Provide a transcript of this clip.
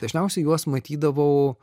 dažniausiai juos matydavau